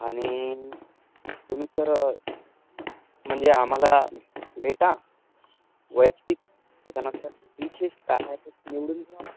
आणि तुम्ही सर म्हणजे आम्हाला भेटा वैयक्तिक त्याच्यानंतर डिशेस काय आहे ते निवडून घेऊ आपण